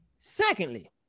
Secondly